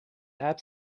app